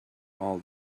all